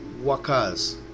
wakas